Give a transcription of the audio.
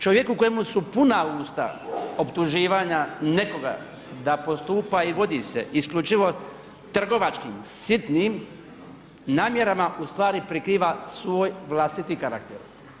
Čovjeku kojemu su puna usta optuživanja nekoga da postupa i vodi se isključivo trgovačkim sitnim namjerama, ustvari prikriva svoj vlastiti karakter.